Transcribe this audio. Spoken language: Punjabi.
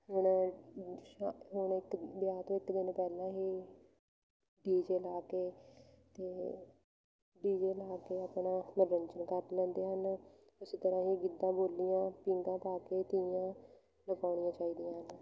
ਹੁਣ ਅ ਹੁਣ ਇੱਕ ਵਿਆਹ ਤੋਂ ਇੱਕ ਦਿਨ ਪਹਿਲਾਂ ਹੀ ਡੀ ਜੇ ਲਾ ਕੇ ਅਤੇ ਡੀ ਜੇ ਲਾ ਕੇ ਆਪਣਾ ਮਨੋਰੰਜਨ ਕਰ ਲੈਂਦੇ ਹਨ ਉਸ ਤਰ੍ਹਾਂ ਹੀ ਗਿੱਧਾ ਬੋਲੀਆਂ ਪੀਂਘਾਂ ਪਾ ਕੇ ਤੀਆਂ ਲਗਾਉਣੀਆਂ ਚਾਹੀਦੀਆਂ ਹਨ